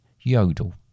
yodel